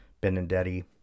Benedetti